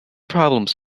problems